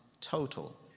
total